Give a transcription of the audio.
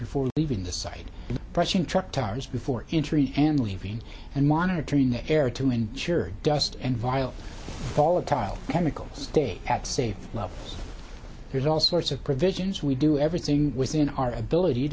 before leaving the site brushing truck tires before entering and leaving and monitoring the air to ensure dust and vile volatile chemicals stay at safe levels there's all sorts of provisions we do everything within our ability